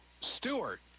Stewart